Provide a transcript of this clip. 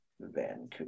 Vancouver